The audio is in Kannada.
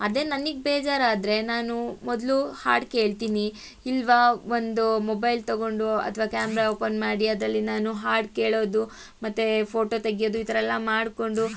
ಅದೇ ನನಗ್ ಬೇಜಾರಾದರೆ ನಾನು ಮೊದಲು ಹಾಡು ಕೇಳ್ತೀನಿ ಇಲ್ಲವಾ ಒಂದು ಮೊಬೈಲ್ ತಗೊಂಡು ಅಥ್ವಾ ಕ್ಯಾಮ್ರಾ ಓಪನ್ ಮಾಡಿ ಅದರಲ್ಲಿ ನಾನು ಹಾಡು ಕೇಳೋದು ಮತ್ತೆ ಫೋಟೋ ತೆಗೆಯೋದು ಈ ಥರ ಎಲ್ಲ ಮಾಡಿಕೊಂಡು